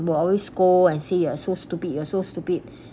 will always scold and say you are so stupid you are so stupid